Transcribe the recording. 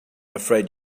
afraid